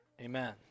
amen